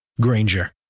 Granger